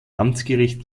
amtsgericht